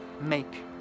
make